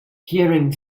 hearing